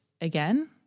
again